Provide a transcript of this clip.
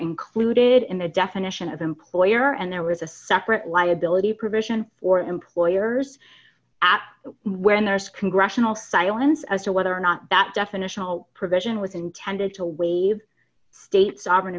included in the definition of employer and there was a separate liability provision for employers ask when there's congressional silence as to whether or not that definition all provision was intended to waive state sovereign